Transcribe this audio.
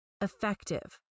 effective